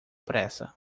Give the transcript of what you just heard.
pressa